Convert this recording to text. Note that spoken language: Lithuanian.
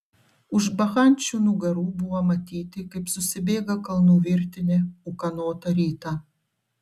už bakchančių nugarų buvo matyti kaip susibėga kalnų virtinė ūkanotą rytą